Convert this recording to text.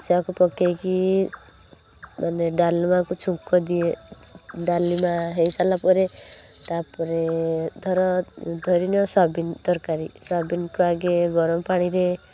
ସେଇଆକୁ ପକାଇକି ମାନେ ଡାଲମାକୁ ଛୁଙ୍କ ଦିଏ ଡାଲମା ହେଇସାରିଲା ପରେ ତାପରେ ଧର ଧରିନିଅ ସୋୟାବିନ ତରକାରୀ ସୋୟାବିନକୁ ଆଗେ ଗରମ ପାଣିରେ